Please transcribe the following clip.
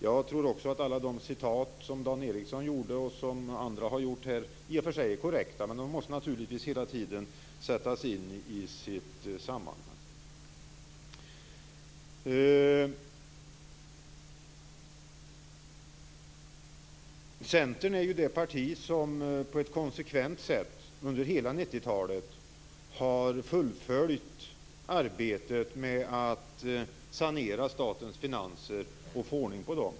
Jag tror också att alla de citat som Dan Ericsson gjorde och som andra här har gjort i och för sig är korrekta. Men de måste naturligtvis hela tiden sättas in i sitt sammanhang. Centern är det parti som på ett konsekvent sätt under hela 90-talet har fullföljt arbetet med att sanera statens finanser och få ordning på dem.